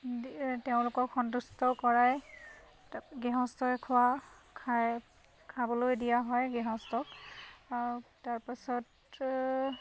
তেওঁলোকক সন্তুষ্ট কৰাই তাৰপৰা গৃহস্থই খোৱা খাই খাবলৈ দিয়া হয় গৃহস্থক তাৰপাছত